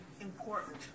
important